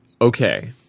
Okay